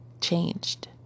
changed